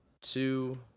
Two